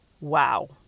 wow